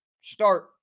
start